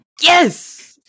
Yes